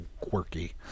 quirky